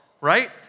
right